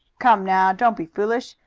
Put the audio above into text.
come now, don't be foolish.